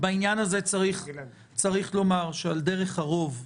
בעניין הזה צריך לומר שעל דרך הרוב,